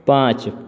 पाँच